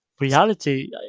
reality